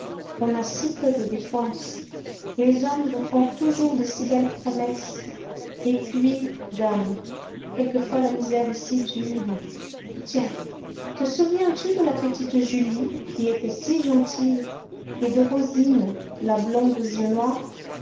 on a si peu de défense les hommes vous font toujours de si belles promesses et puis dame quelquefois la misère est si dure tiens te souviens-tu de la petite julie qui était si gentille et de rosine la blonde aux yeux noirs